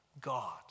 God